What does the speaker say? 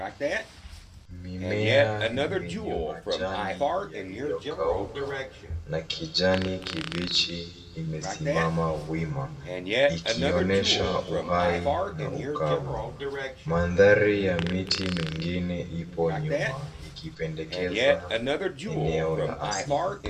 Mimea yenye majani yaliyokauka na kijani kibichi imesimama wima ikionyesha uhai na ukavu. Mandhari ya miti mingine ipo nyuma ikipendekeza eneo la asili.